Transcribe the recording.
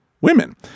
women